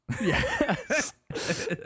Yes